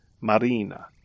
marina